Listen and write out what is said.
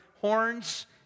horns